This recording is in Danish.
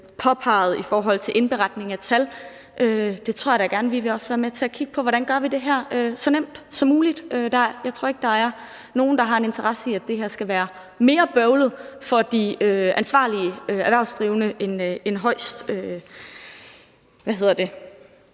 påpegede i forhold til indberetning af tal. Det tror jeg da også vi gerne vil være med til at kigge på, altså hvordan vi gør det her så nemt som muligt. Jeg tror ikke, at der er nogen, der har en interesse i, at det her skal være mere bøvlet for de ansvarlige erhvervsdrivende, end det absolut